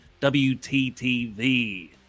WTTV